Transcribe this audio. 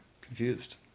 confused